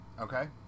Okay